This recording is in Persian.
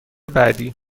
بعدی